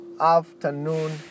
afternoon